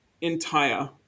entire